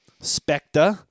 Spectre